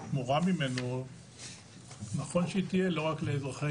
התמורה ממנו נכון שתהיה לא רק לאזרחי